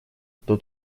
кто